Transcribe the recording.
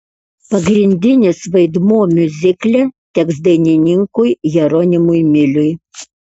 pagrindinis vaidmuo miuzikle teks dainininkui jeronimui miliui